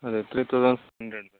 reticulate hundred